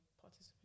participate